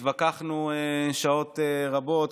התווכחנו שעות רבות.